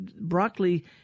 broccoli